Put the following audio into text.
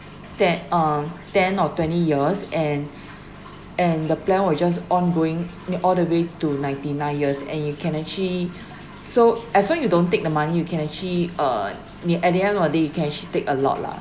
te~ um ten or twenty years and and the plan will just ongoing uh all the way to ninety nine years and you can actually so as long you don't take the money you can actually uh at the end of the day you can actually take a lot lah